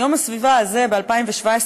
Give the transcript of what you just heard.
יום הסביבה הזה, ב-2017,